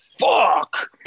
fuck